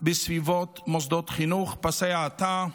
בסביבת מוסדות חינוך: פסי האטה,